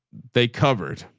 they covered,